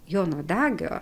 jono dagio